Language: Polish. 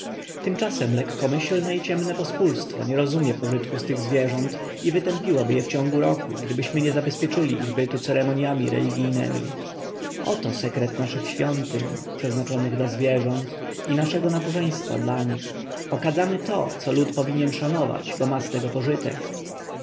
tymczasem lekkomyślne i ciemne pospólstwo nie rozumie pożytku z tych zwierząt i wytępiłoby je w ciągu roku gdybyśmy nie zabezpieczyli ich bytu ceremonjami religijnemi oto sekret naszych świątyń przeznaczonych dla zwierząt i naszego nabożeństwa do nich okadzamy to co lud powinien szanować bo ma z tego pożytek